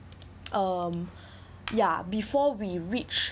um ya before we reached